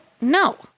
No